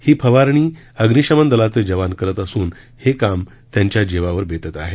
ही फवारणी अग्निशमन दलाचे जवान करत असून हे काम त्यांच्या जिवावर बेतत आहे